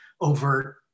overt